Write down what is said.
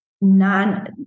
non